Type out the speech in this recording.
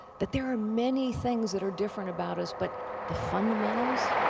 that there are many things that are different about us but the fundamentals,